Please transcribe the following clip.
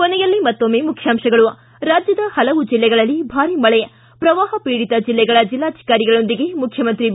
ಕೊನೆಯಲ್ಲಿ ಮತ್ತೊಮ್ನೆ ಮುಖ್ಯಾಂಶಗಳು ಿಗೆ ರಾಜ್ಯದ ಹಲವು ಜಿಲ್ಲೆಗಳಲ್ಲಿ ಭಾರಿ ಮಳೆ ಪ್ರವಾಪಪೀಡಿತ ಜಿಲ್ಲೆಗಳ ಜಿಲ್ಲಾಧಿಕಾರಿಗಳೊಂದಿಗೆ ಮುಖ್ಯಮಂತ್ರಿ ಬಿ